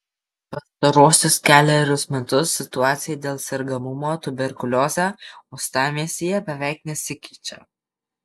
pastaruosius kelerius metus situacija dėl sergamumo tuberkulioze uostamiestyje beveik nesikeičia